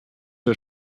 der